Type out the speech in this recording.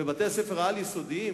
בבתי-ספר על-יסודיים,